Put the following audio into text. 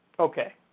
Okay